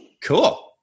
Cool